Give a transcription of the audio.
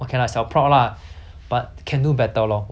but 不是说你很烂我没有说你很烂